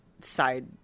side